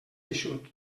eixut